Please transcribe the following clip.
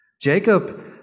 Jacob